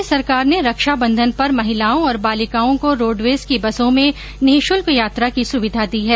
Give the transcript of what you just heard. राज्य सरकार ने रक्षाबंधन पर महिलाओं और बालिकाओं को रोडवेज की बसों में निःशुल्क यात्रा की सुविधा दी है